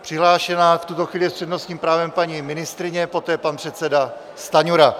Přihlášená v tuto chvíli je s přednostním právem paní ministryně, poté pan předseda Stanjura.